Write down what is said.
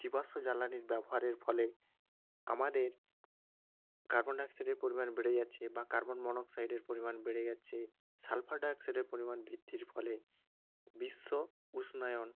জীবাশ্ম জ্বালানির ব্যবহারের ফলে আমাদের কার্বন ডাইঅক্সাইডের পরিমাণ বেড়ে যাচ্ছে বা কার্বন মনোক্সাইডের পরিমাণ বেড়ে যাচ্ছে সালফার ডাইঅক্সাইডের পরিমাণ বৃদ্ধির ফলে বিশ্ব উষ্ণায়ন